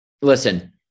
Listen